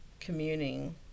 communing